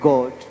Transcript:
God